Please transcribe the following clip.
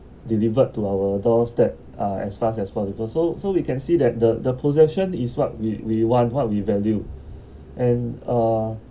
delivered to our doorstep uh as far as possible so so we can see that the the possession is what we we want what we value and uh